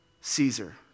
Caesar